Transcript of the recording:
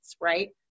right